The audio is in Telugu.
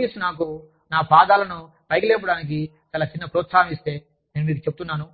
నా ఆఫీసు నాకు నా పాదాలను పైకి లేపడానికి చాలా చిన్న ప్రోత్సాహం ఇస్తే నేను మీకు చెప్తున్నాను